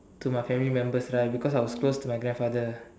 to my family members right because I was close to my grandfather